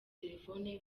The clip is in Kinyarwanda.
telefoni